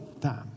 time